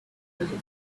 britain